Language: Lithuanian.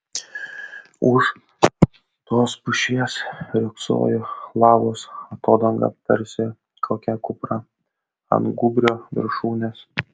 už tos pušies riogsojo lavos atodanga tarsi kokia kupra ant gūbrio viršūnės